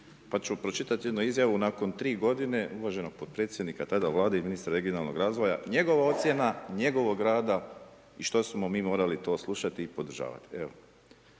Pa ću pročitati jednu izjavu nakon tri godine uvaženog potpredsjednika tada Vlade i ministra regionalnog razvoja. Njegova ocjena njegovog rada i što smo mi morali to slušati i podržavati,